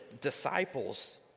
disciples